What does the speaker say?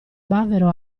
bavero